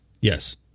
Yes